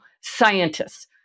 scientists